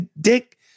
dick